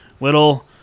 little